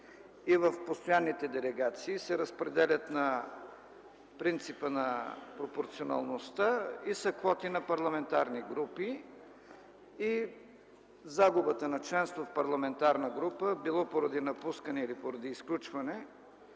и в постоянните делегации се разпределят на принципа на пропорционалността и са квоти на парламентарни групи. Загубата на членство в парламентарна група, било поради напускане или поради изключване,